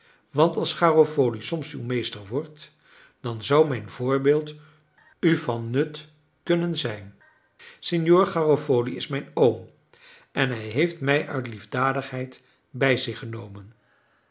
want als garofoli soms uw meester wordt dan zou mijn voorbeeld u van nut kunnen zijn signor garofoli is mijn oom en hij heeft mij uit liefdadigheid bij zich genomen